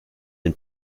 den